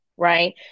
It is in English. Right